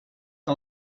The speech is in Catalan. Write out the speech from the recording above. que